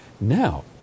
Now